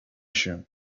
się